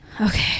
okay